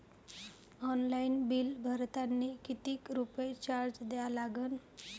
Online bill भरतानी कितीक रुपये चार्ज द्या लागन?